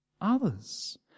others